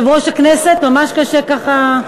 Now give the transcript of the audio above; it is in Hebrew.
יושב-ראש הכנסת, ממש קשה ככה.